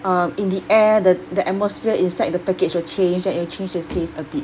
um in the air the the atmosphere inside the package will change and it'll change it's taste a bit